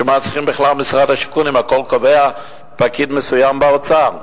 בשביל מה צריך בכלל את משרד השיכון אם את הכול קובע פקיד מסוים באוצר?